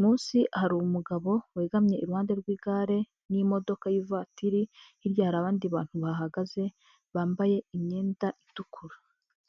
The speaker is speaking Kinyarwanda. munsi hari umugabo wegamye iruhande rw'igare n'imodoka y'ivatiri, hirya hari abandi bantu bahagaze bambaye imyenda itukura.